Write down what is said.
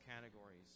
categories